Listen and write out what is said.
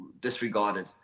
disregarded